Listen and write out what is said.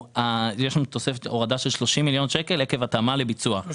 יש לנו הורדה של 30 מיליון שקלים עקב התאמה לביצוע.